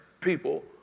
people